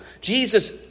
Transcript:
Jesus